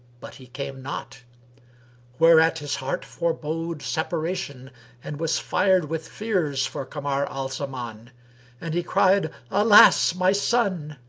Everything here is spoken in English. but he came not whereat his heart forebode separation and was fired with fears for kamar al-zaman and he cried, alas! my son!